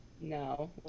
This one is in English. no